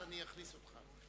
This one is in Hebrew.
אז אני אכניס אותך.